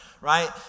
right